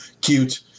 cute